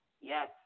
Yes